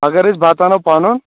اگر أسۍ بَتہٕ اَنو پَنُن